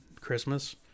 christmas